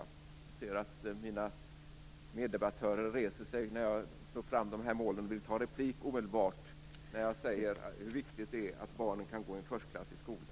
Jag ser att mina meddebattörer reser sig när jag pratar om dessa mål. De begär omedelbart replik när jag säger hur viktigt det är att barnen kan gå i en förstklassig skola.